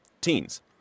teens